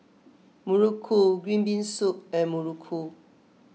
Muruku Green Bean Soup and Muruku